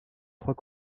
trois